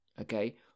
okay